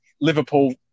Liverpool